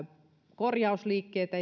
korjausliikkeitä